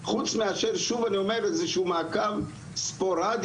חוץ מאשר שוב אני אומר איזשהו מעקב ספורדי